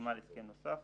וחתימה על הסכם נוסף.